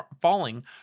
falling